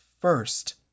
first